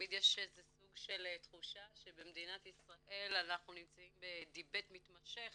תמיד יש סוג של תחושה שבמדינת ישראל אנחנו נמצאים בדיבייט מתמשך